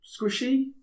squishy